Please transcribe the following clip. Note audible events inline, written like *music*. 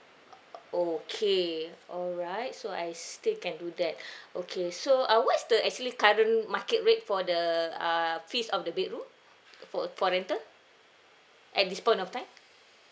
uh okay all right so I still can do that *breath* okay so uh what is the actually current market rate for the err fees of the bedroom for uh for rental at this point of time